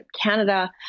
Canada